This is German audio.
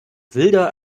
wilder